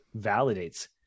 validates